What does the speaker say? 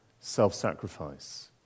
self-sacrifice